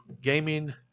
gaming